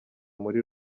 muri